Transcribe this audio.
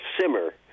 simmer